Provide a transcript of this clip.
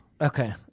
Okay